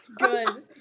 Good